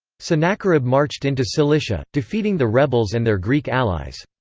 sennacherib marched into cilicia, defeating the rebels and their greek allies.